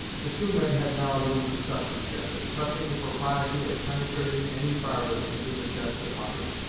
the two men had now a little discussion together, touching the propriety of penetrating any farther into the chest of hutter,